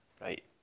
Right